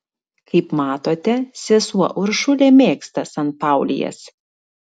kaip matote sesuo uršulė mėgsta sanpaulijas